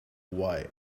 why